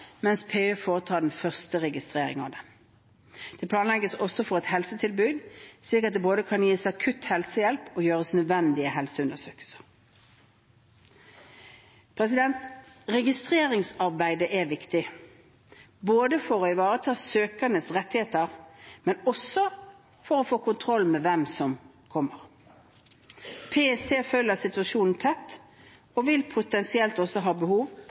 mens PU foretar den første registrering av dem. Det planlegges også for et helsetilbud, slik at det både kan gis akutt helsehjelp og gjøres nødvendige helseundersøkelser. Registreringsarbeidet er viktig, ikke bare for å ivareta søkernes rettigheter, men også for å sørge for kontroll med hvem som kommer. PST følger situasjonen tett og vil potensielt også ha behov